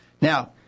Now